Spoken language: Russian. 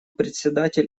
председатель